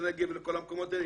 לנגב ולכל המקומות האלה,